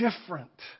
different